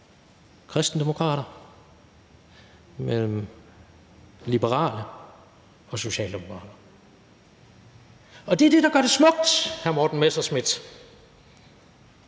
Kristendemokrater, mellem Liberale og Socialdemokrater. Det er det, der gør det smukt, hr. Morten Messerschmidt,